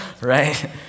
right